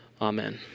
amen